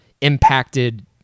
impacted